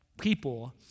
people